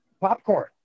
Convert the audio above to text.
popcorn